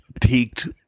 peaked